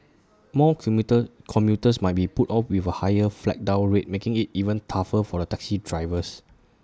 more commuter commuters might be put off with A higher flag down rate making IT even tougher for the taxi drivers